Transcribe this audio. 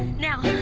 now.